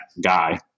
guy